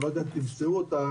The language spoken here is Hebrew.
אני לא יודע אם תמצאו אותה,